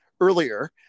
earlier